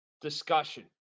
discussion